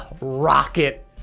rocket